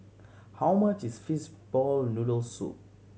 how much is fishball noodle soup